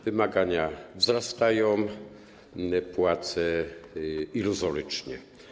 Wymagania wzrastają, płace iluzorycznie.